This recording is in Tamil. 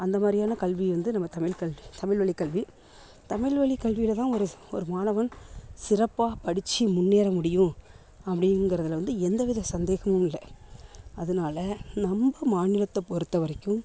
அந்த மாதிரியான கல்வி வந்து நம்ம தமிழ் கல்வி தமிழ் வழிக் கல்வி தமிழ் வழிக் கல்வியில் தான் ஒரு ஒரு மாணவன் சிறப்பாக படித்து முன்னேற முடியும் அப்படிங்கிறதுல வந்து எந்த வித சந்தேகமும் இல்லை அதனால நம்ப மாநிலத்தை பொறுத்த வரைக்கும்